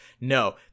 no